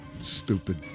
stupid